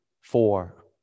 four